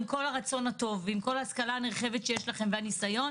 עם כל הרצון הטוב ועם כל ההשכלה הנרחבת שיש לכם והניסיון,